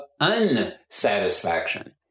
unsatisfaction